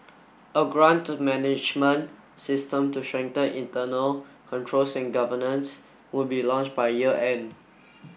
a grant management system to strengthen internal control governance would be launched by year end